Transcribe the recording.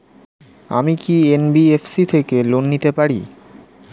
আমি কি এন.বি.এফ.সি থেকে লোন নিতে পারি?